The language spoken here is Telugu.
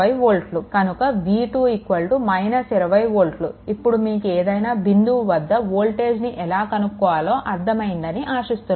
కనుక v2 విలువ 20 వోల్ట్లు ఇప్పుడు మీకు ఏదైనా బిందువు వద్ద వోల్టేజ్ని ఎలా కనుక్కోవాలో అర్ధం అయ్యిందని ఆశిస్తున్నాను